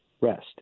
rest